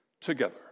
together